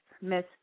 Miss